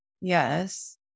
Yes